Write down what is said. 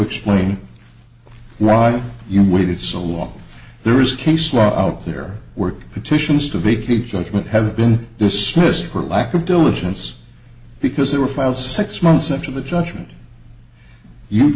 explain why you waited so long there is case law out there work petitions to vacate judgment have been dismissed for lack of diligence because they were filed six months after the judgment you